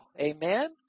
amen